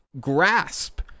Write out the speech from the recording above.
grasp